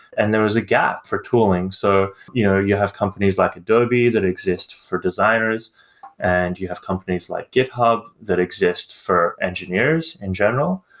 and there was a gap for tooling. so you know you have companies like adobe that exist for designers and you have companies like github that exist for engineers in general.